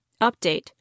Update